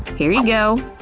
here you go.